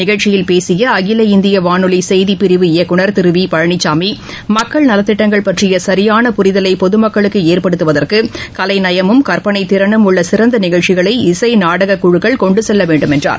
நிகழ்ச்சியில் பேசிய அகில இந்திய வானொலியின் செய்திப்பிரிவு இயக்குநர் திரு வி பழனிளமி மக்கள் நலத்திட்டங்கள் பற்றிய சரியான புரிதலை பொது மக்களுக்கு ஏற்படுத்துவதற்கு கலைநயமும் கற்பனைத் திறனும் உள்ள சிறந்த நிகழ்ச்சிகளை இசை நாடக குழுக்கள் கொண்டு செல்ல வேண்டும் என்றார்